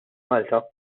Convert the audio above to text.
malta